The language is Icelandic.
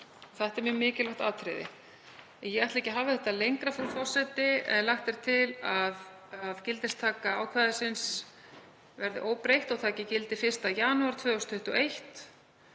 Þetta er mjög mikilvægt atriði en ég ætla ekki að hafa þetta lengra, frú forseti. Lagt er til að gildistaka ákvæðisins verði óbreytt og það taki gildi 1. janúar 2021